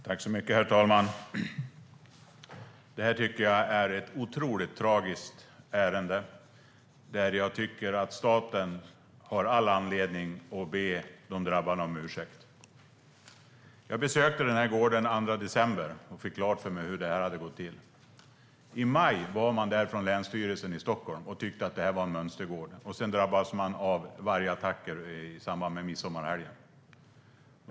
Herr talman! Det här är ett otroligt tragiskt ärende. Staten har all anledning att be de drabbade om ursäkt. Jag besökte gården den 2 december och fick klart för mig hur det här hade gått till. I maj var länsstyrelsen i Stockholm där och tyckte att det var en mönstergård. Sedan drabbades fåren av vargattacker i samband med midsommarhelgen.